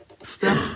Step